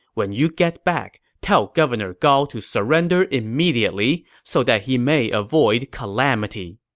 when you get back, tell governor gao to surrender immediately so that he may avoid calamity.